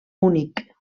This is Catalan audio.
únic